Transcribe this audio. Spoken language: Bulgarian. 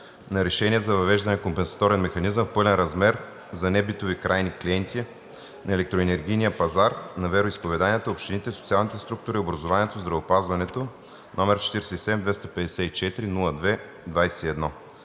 на решение за въвеждане на компенсаторен механизъм в пълен размер за небитови крайни клиенти на електроенергийния пазар на вероизповеданията, общините, социалните структури, образованието, здравеопазването, № 47-254-02-21,